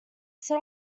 set